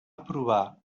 aprovar